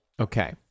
Okay